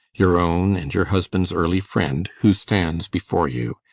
your own and your husband's early friend, who stands before you.